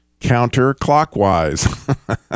counterclockwise